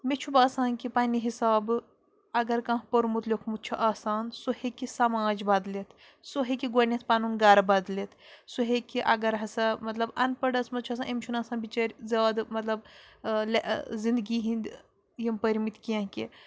مےٚ چھُ باسان کہِ پنٛنہِ حسابہٕ اَگر کانٛہہ پوٚرمُت لیوٚکھمُت چھُ آسان سُہ ہیٚکہِ سَماج بَدلِتھ سُہ ہیٚکہِ گۄڈٕنٮ۪تھ پَنُن گَرٕ بَدلِتھ سُہ ہیٚکہِ اَگر ہسا مطلب اَن پَڑس منٛز چھُ آسان أمۍ چھُنہٕ آسان بِچٲرۍ زیادٕ مطلب زِندگی ہِنٛدۍ یِم پٔرۍمٕتۍ کیٚنٛہہ کہِ